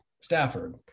Stafford